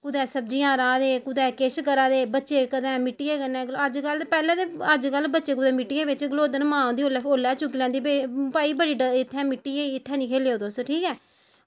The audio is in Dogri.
कुदै सब्ज़ियां राह्दे कुदै किश करा दे बच्चे कदें मिट्टियै कन्नै अज्जकल ते कदें बच्चे मिट्टियै बिच गलोदन मां उंदी ओल्लै चुक्की लैंदी भई इत्थें बड़ी मिट्टी ऐ ई इत्थें निं खेलेओ तुस